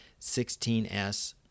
16s